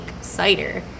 cider